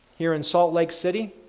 here in salt lake city,